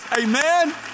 Amen